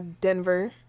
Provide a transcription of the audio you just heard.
Denver